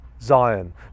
Zion